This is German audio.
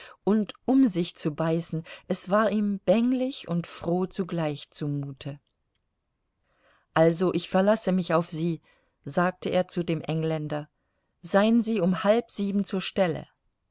und um sich zu beißen es war ihm bänglich und froh zugleich zumute also ich verlasse mich auf sie sagte er zu dem engländer seien sie um halb sieben zur stelle